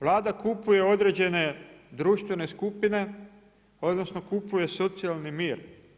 Vlada kupuje određene društvene skupine, odnosno kupuje socijalni mir.